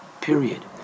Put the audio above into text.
period